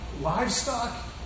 livestock